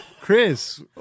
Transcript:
Chris